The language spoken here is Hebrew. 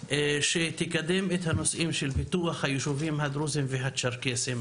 שתקדם את הנושאים של פיתוח היישובים הדרוזיים והצ'רקסים.